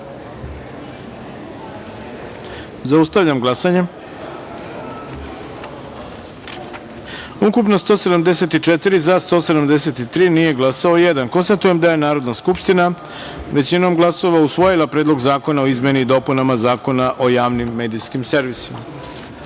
taster. Zaustavljam glasanje: ukupno – 174, za – 173, nije glasalo – jedan. Konstatujem da je Narodna skupština većinom glasova usvojila Predlog zakona o izmeni i dopunama Zakona o javnim medijskim servisima. Pošto